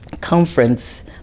conference